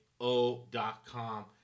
O.com